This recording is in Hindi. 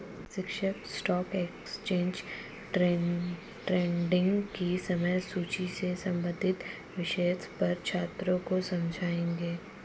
शिक्षक स्टॉक एक्सचेंज ट्रेडिंग की समय सूची से संबंधित विषय पर छात्रों को समझाएँगे